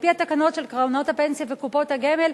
על-פי התקנות של קרנות הפנסיה וקופות הגמל,